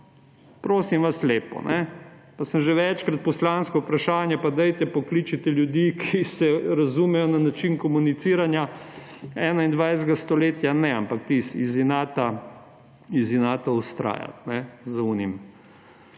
Prosim vas lepo! To sem že večkrat poslansko vprašanje, pa pokličite ljudi, ki se razumejo na način komuniciranja 21. stoletja. Ne, iz inata vztrajati z onim